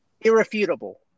Irrefutable